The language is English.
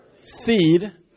seed